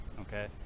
okay